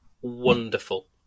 wonderful